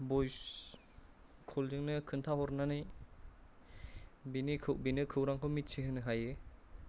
भइस कलजोंनो खोन्था हरनानै बेनो बेनो खौरांखौ मिथिहोनो हायो